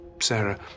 Sarah